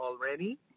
already